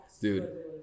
Dude